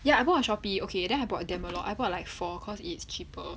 ya I bought shopee okay then I bought damn a lot I bought like four cause it's cheaper